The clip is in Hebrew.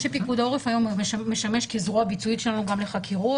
כמו שפיקוד העורף משמש היום כזרוע ביצועית שלנו גם לחקירות,